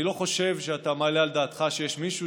אני לא חושב שאתה מעלה על דעתך שיש מישהו